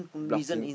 blocking